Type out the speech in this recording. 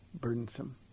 burdensome